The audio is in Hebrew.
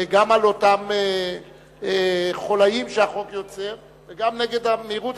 גם על אותם חוליים שהחוק יוצר וגם נגד המהירות,